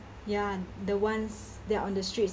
ya the ones that are on the streets